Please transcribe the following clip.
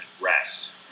rest